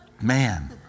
Man